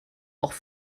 auch